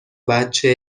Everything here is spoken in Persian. بچه